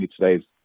today's